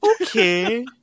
Okay